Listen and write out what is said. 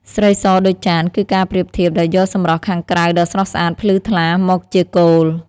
ស្រីសដូចចាន គឺការប្រៀបធៀបដោយយកសម្រស់ខាងក្រៅដ៏ស្រស់ស្អាត ភ្លឺថ្លា មកជាគោល។